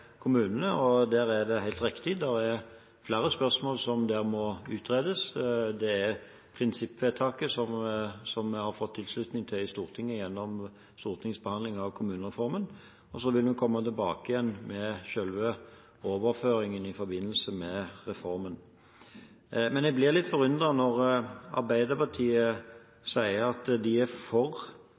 kommunene. Her er det helt riktig, og det er flere spørsmål som må utredes, ut fra prinsippvedtaket som vi har fått tilslutning til i Stortinget gjennom stortingsbehandling av kommunereformen. Så vil vi komme tilbake med selve overføringen i forbindelse med reformen. Jeg blir litt forundret når Arbeiderpartiet sier at de er for